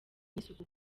n’isuku